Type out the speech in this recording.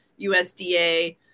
USDA